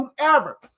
Whomever